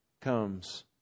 comes